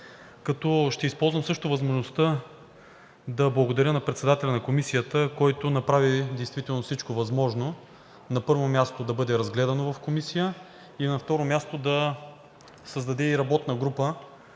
Ще използвам също възможността да благодаря на председателя на Комисията, който направи действително всичко възможно, на първо място, да бъде разгледано в Комисията, и на второ място, да създаде работна група,